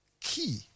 key